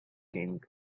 king